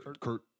Kurt